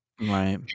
Right